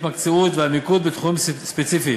ההתמקצעות והמיקוד בתחומים ספציפיים,